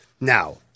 Now